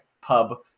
pub